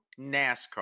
NASCAR